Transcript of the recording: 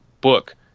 book